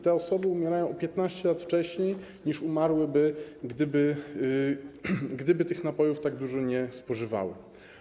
Te osoby umierają 15 lat wcześniej, niż umarłyby, gdyby tych napojów tak dużo nie spożywały.